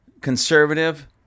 conservative